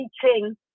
teaching